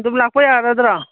ꯑꯗꯨꯝ ꯂꯥꯛꯄ ꯌꯥꯒꯗ꯭ꯔꯥ